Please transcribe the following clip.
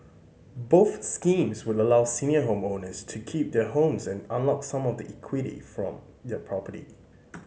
both schemes would allow senior homeowners to keep their homes and unlock some of the equity from their property